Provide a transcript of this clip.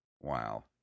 Wow